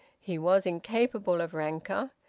he was incapable of rancour,